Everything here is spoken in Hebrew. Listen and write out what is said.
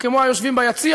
וכמו היושבים ביציע,